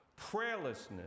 prayerlessness